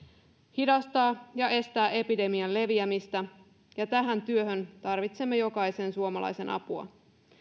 hidastaa ja estää epidemian leviämistä tähän työhön tarvitsemme jokaisen suomalaisen apua